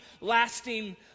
lasting